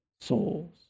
souls